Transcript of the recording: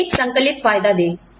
उन्हें एक संकलित फायदा दें